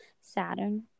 Saturn